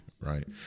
right